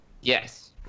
Yes